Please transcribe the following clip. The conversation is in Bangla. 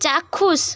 চাক্ষুষ